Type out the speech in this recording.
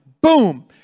boom